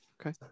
okay